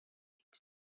اید